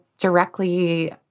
directly